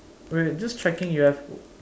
wait wait just checking you have